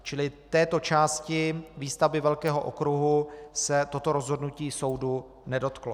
Čili této části výstavby velkého okruhu se toto rozhodnutí soudu nedotklo.